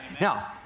Now